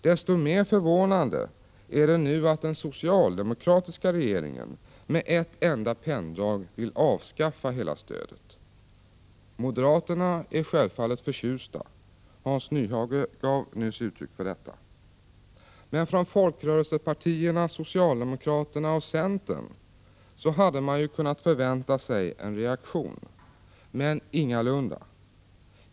Desto mer förvånande är det nu att den socialdemokratiska regeringen med ett enda penndrag vill avskaffa hela stödet. Moderaterna är självfallet förtjusta — Hans Nyhage gav nyss uttryck för detta. Från folkrörelsepartierna socialdemokraterna och centern hade man dock kunnat förvänta sig en reaktion, men ingalunda.